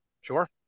Sure